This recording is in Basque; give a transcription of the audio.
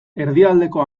erdialdeko